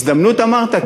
הזדמנות, אמרת?